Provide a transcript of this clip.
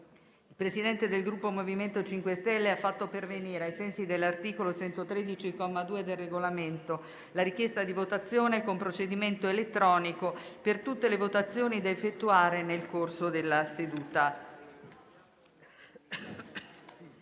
il Presidente del Gruppo MoVimento 5 Stelle ha fatto pervenire, ai sensi dell'articolo 113, comma 2, del Regolamento, la richiesta di votazione con procedimento elettronico per tutte le votazioni da effettuare nel corso della seduta.